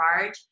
Charge